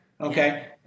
Okay